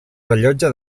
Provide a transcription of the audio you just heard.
rellotge